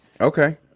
Okay